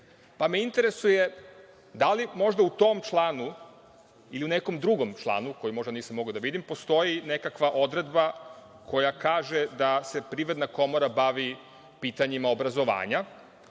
pa me interesuje da li možda u tom članu ili u nekom drugom članu, koji možda nisam mogao da vidim, postoji nekakva odredba koja kaže da se Privredna komora bavi pitanjima obrazovanja